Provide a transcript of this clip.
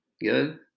Good